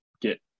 get